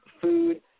food